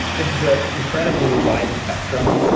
it's ah incredibly wide spectrum,